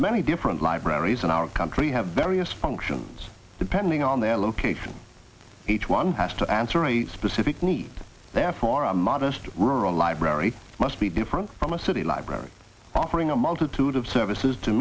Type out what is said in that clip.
the many different libraries in our country have various functions depending on their location each one has to answer a specific need therefore a modest rural library must be different from a city library offering a multitude of services to